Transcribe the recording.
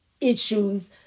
issues